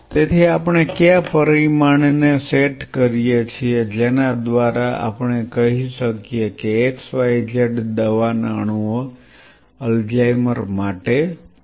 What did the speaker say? તેથી આપણે કયા પરિમાણને સેટ કરીએ છીએ જેના દ્વારા આપણે કહીએ શકીએ કે x y z દવાના અણુઓ આ અલ્ઝાઇમર માટે છે